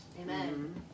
Amen